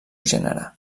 gènere